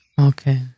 Okay